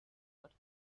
what